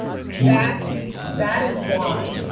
that that is why,